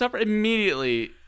immediately